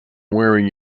wearing